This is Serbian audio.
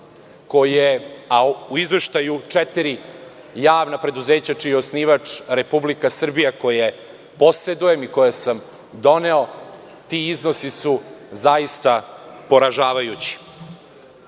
a u izveštaju četiri javna preduzeća čiji je osnivač Republika Srbija, koje posedujem i koje sam doneo, ti iznosi su zaista poražavajući. Javno